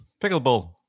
Pickleball